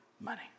money